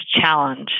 challenge